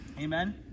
Amen